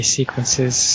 sequences